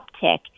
uptick